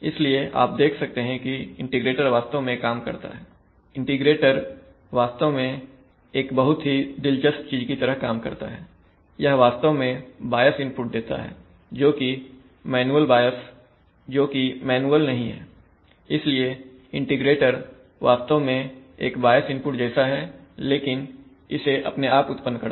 इसलिए आप देखते हैं कि इंटीग्रेटर वास्तव में काम करता है इंटीग्रेटर वास्तव में एक बहुत ही दिलचस्प चीज की तरह काम करता है यह वास्तव में बायस इनपुट देता है जोकि मैन्युअल नहीं हैइसलिए इंटीग्रेटेर वास्तव में एक बायस इनपुट जैसा है लेकिन इसे अपने आप उत्पन्न करता है